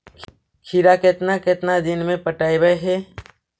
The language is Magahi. खिरा केतना केतना दिन में पटैबए है?